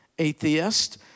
atheist